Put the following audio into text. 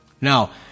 Now